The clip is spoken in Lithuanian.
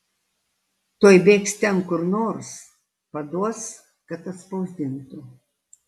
tuoj bėgs ten kur nors paduos kad atspausdintų